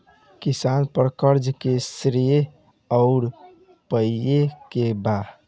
किसान पर क़र्ज़े के श्रेइ आउर पेई के बा?